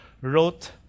wrote